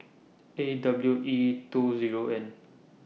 A W E two Zero N